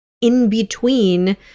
in-between